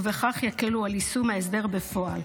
ובכך יקלו על יישום ההסדר בפועל.